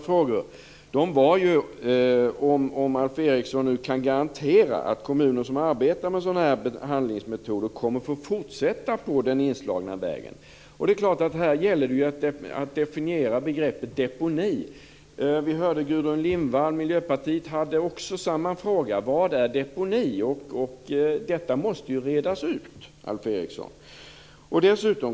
Frågorna gällde om Alf Eriksson nu kan garantera att de kommuner som arbetar med sådana handlingsmetoder kommer att få fortsätta på den inslagna vägen. Här gäller det naturligtvis att definiera begreppet deponi. Vi hörde att Gudrun Lindvall, Miljöpartiet, ställde samma fråga: Vad är deponi? Detta måste ju redas ut, Alf Eriksson.